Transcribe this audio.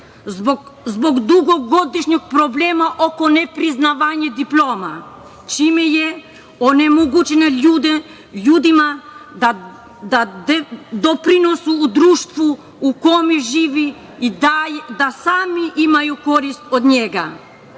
zbog dugogodišnjeg problema oko nepriznavanja diploma, čime je onemogućeno ljudima da doprinose u društvu u kome žive i da sami imaju korist od njega. Nadam